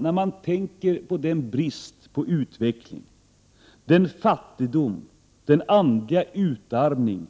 När man tänker på den brist på utveckling, den fattigdom, den andliga utarmning